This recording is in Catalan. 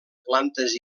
plantes